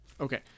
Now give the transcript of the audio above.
Okay